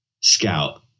scout